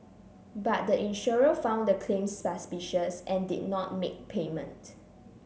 but the insurer found the claims suspicious and did not make payment